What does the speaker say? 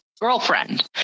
girlfriend